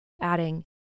adding